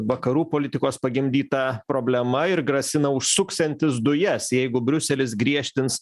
vakarų politikos pagimdyta problema ir grasina užsuksiantis dujas jeigu briuselis griežtins